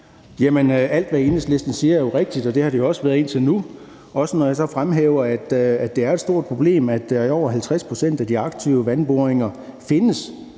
alt, hvad Enhedslisten siger, er jo rigtigt, og det har det jo også været indtil nu – også når jeg så fremhæver, at det er et stort problem, at der i over 50 pct. af de aktive vandboringer findes